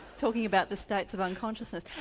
talking about the states of unconsciousness,